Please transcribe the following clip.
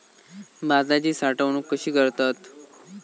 भाताची साठवूनक कशी करतत?